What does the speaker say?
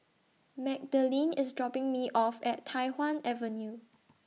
Magdalene IS dropping Me off At Tai Hwan Avenue